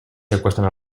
secuestran